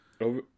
over